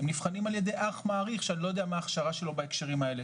הם נבחנים על ידי אח מעריך שאני לא יודע מה ההכשרה שלו בהקשרים האלה.